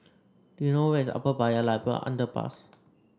do you know where is Upper Paya Lebar Underpass